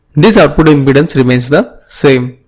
this output impedance remains the same.